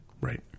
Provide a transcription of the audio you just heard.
Right